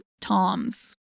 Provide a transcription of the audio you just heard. Toms